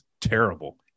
terrible